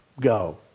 go